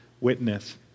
witness